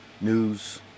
news